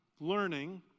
learning